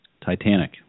Titanic